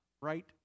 right